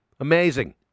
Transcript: Amazing